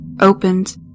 opened